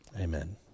Amen